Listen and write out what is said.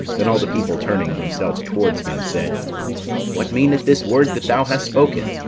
then all the people turning themselves towards him, said what meaneth this word that thou hast spoken?